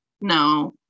no